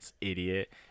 Idiot